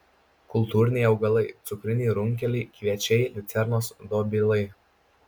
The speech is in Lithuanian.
kultūriniai augalai cukriniai runkeliai kviečiai liucernos dobilai